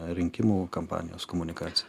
rinkimų kampanijos komunikacija